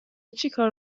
چیکار